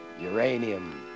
uranium